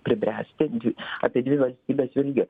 pribręsti dvi apie dvi valstybes vėlgi